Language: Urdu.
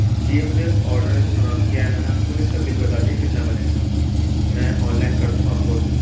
جی یہ مجھے آڈر کیا ہے میں نے آپ کو مجھے اس کا بل بتا دیجیے کتنا بنے گا میں آن لائن کر دوں آپ کو ابھی